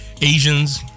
Asians